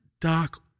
Doc